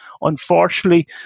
Unfortunately